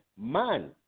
man